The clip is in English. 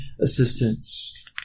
assistance